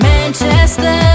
Manchester